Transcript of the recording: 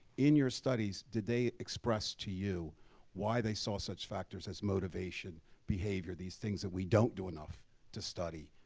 in your studies, did they express to you why they saw such factors as motivation, behavior, these things that we don't do enough to study,